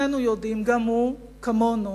שנינו יודעים, גם הוא, כמונו,